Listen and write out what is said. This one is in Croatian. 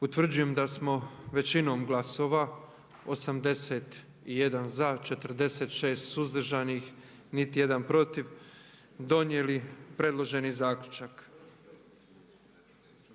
Utvrđujem da smo većinom glasova, 81 za, 46 suzdržanih, niti jedan protiv donijeli predloženi zaključak.